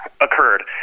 occurred